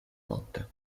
notte